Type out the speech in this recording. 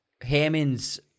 Hammond's